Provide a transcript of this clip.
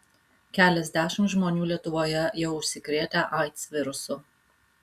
keliasdešimt žmonių lietuvoje jau užsikrėtę aids virusu